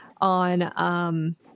on